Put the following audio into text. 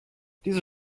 diese